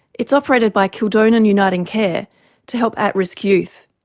it's operated by kildonan uniting care to help at-risk youth.